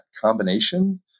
combination